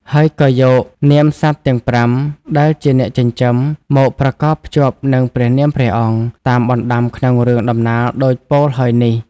ហើយក៏យកនាមសត្វទាំង ៥ ដែលជាអ្នកចិញ្ចឹម មកប្រកបភ្ជាប់នឹងព្រះនាមព្រះអង្គ តាមបណ្ដាំក្នុងរឿងដំណាលដូចពោលហើយនេះ។